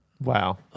Wow